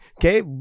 okay